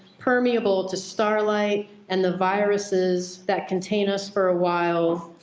permeable to starlight and the viruses that contain us for a while.